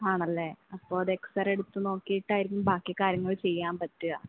ആണല്ലെ അപ്പോൾ അത് എക്സ്സറെ എടുത്ത് നോക്കിയിട്ടായിരിക്കും ബാക്കി കാര്യങ്ങൾ ചെയ്യാൻ പറ്റുക